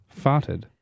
farted